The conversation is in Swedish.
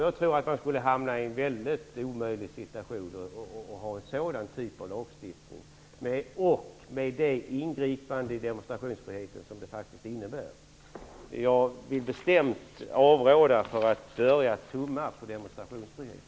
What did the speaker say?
Jag tror att vi skulle hamna i en mycket omöjlig situation med en sådan typ av lagstiftningen och det ingripande i demonstrationsfriheten som den faktiskt innebär. Jag vill bestämt avråda från att börja tumma på demonstrationsfriheten.